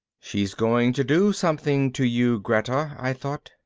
she's going to do something to you, greta, i thought.